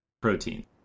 protein